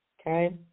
Okay